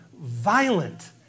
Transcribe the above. violent